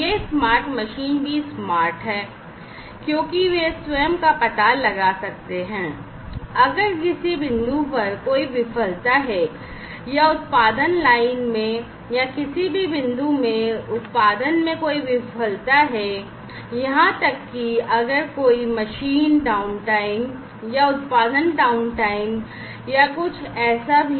ये smart machine भी smart हैं क्योंकि वे स्वयं का पता लगा सकते हैं अगर किसी बिंदु पर कोई विफलता है या उत्पादन लाइन में या किसी भी बिंदु में उत्पादन में कोई विफलता है और यहां तक कि अगर कोई है मशीन डाउनटाइम या उत्पादन डाउनटाइम या ऐसा कुछ भी